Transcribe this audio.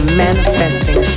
manifesting